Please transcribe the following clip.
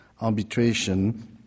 arbitration